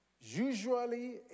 Usually